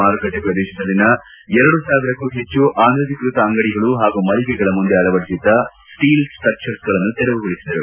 ಮಾರುಕಟ್ಟೆ ಪ್ರದೇಶದಲ್ಲಿನ ಎರಡು ಸಾವಿರಕ್ಕೂ ಹೆಚ್ಚು ಅನಧಿಕೃತ ಅಂಗಡಿಗಳು ಹಾಗೂ ಮಳಿಗೆಗಳ ಮುಂದೆ ಅಳವಡಿಸಿದ್ದ ಸ್ಟೀಲ್ ಸ್ಟಕ್ಷರ್ಗಳನ್ನು ತೆರವುಗೊಳಿಸಿದರು